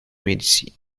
medici